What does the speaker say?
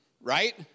right